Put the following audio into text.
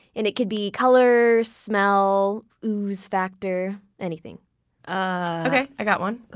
and it could be color, smell, ooze factor, anything i i got one.